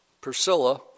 Priscilla